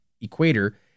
equator